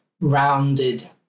rounded